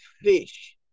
fish